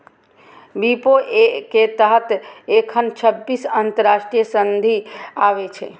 विपो के तहत एखन छब्बीस अंतरराष्ट्रीय संधि आबै छै